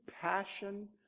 passion